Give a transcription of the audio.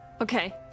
okay